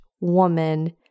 woman